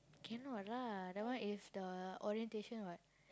cannot lah that one is the orientation [what]